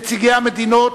נציגי המדינות,